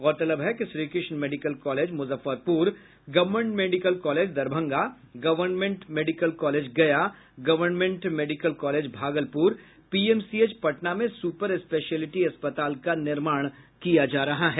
गौरतलब है कि Shrikrishna medical college Muzaffarpur government medical college Darbhanga government medical college Gaya government medical college Bhagalpur PMCH Patna में सुपर स्पेशलिस्ट अस्पताल का निर्माण किया जा रहा है